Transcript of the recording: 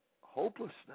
Hopelessness